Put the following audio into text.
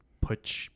put